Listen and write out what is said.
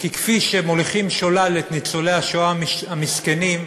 כי כפי שמוליכים שולל את ניצולי השואה המסכנים,